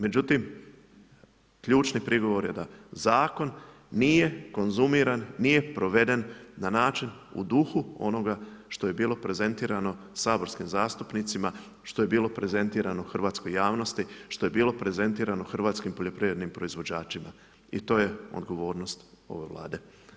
Međutim, ključni prigovor je da zakon nije konzumiran, nije proveden na način u duhu onoga što je bilo prezentirano saborskim zastupnicima, što je bilo prezentirano hrvatskoj javnosti, što je bilo prezentirano hrvatskim poljoprivrednim proizvođačima i to je odgovornost ove Vlade.